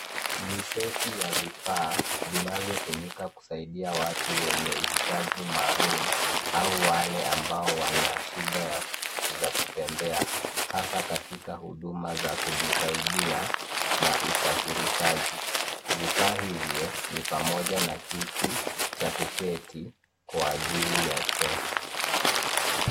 Ni seti ya vifaa vinavyotumika kusaidia watu wenye uhitaji maalum au wale ambao wana shida za kutembea hasa katika huduma za kujisaidia na usafirishaji. Vifaa hivyo ni pamoja na kiti cha kuketi kwa ajili ya choo.